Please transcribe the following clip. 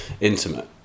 intimate